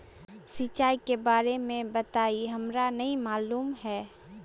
सिंचाई के बारे में बताई हमरा नय मालूम है?